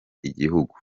igihugu